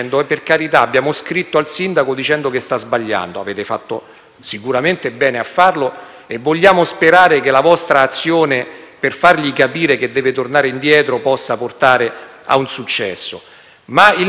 sicuramente bene a farlo e vogliamo sperare che la vostra azione volta a farle capire che deve tornare indietro possa portare a un risultato. Tuttavia, il Ministero ha delle precise competenze perché, per autorizzare